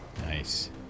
Nice